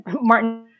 Martin